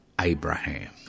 Abraham